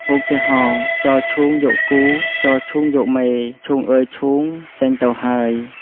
ឧទាហរណ៍ "ចោលឈូងយកគូ ចោលឈូងយកមេ ...", "ឈូងអើយឈូង ចេញទៅហើយ"។